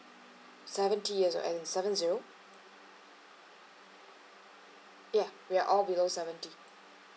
seventy years right and seven zero ya we are all below seventy